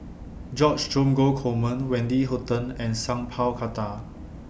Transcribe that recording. George Dromgold Coleman Wendy Hutton and Sat Pal Khattar